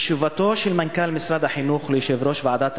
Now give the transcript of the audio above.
בתשובתו של מנכ"ל משרד החינוך ליושב-ראש ועדת